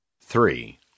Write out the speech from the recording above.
Three